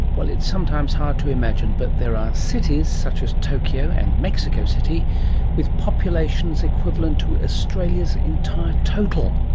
well, it's sometimes hard to imagine, but there are cities such as tokyo and mexico city with populations equivalent to australia's entire total.